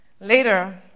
Later